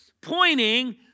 pointing